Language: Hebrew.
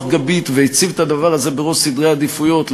גבית והציב את הדבר הזה בראש סדרי עדיפויות,